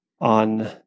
on